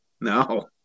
No